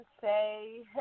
say